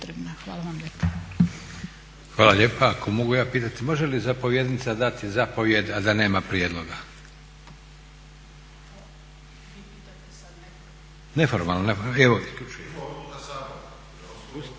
Hvala lijepa. Ako mogu ja pitati može li zapovjednica dati zapovijed a da nema prijedloga? **Tafra,